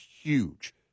huge